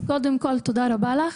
קודם כול, תודה רבה לך.